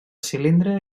cilindre